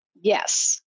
Yes